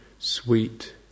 Sweet